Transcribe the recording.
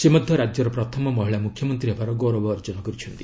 ସେ ମଧ୍ୟ ରାଜ୍ୟର ପ୍ରଥମ ମହିଳା ମୁଖ୍ୟମନ୍ତ୍ରୀ ହେବାର ଗୌରବ ଅର୍ଜନ କରିଛନ୍ତି